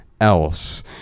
else